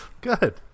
Good